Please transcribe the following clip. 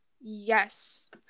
Yes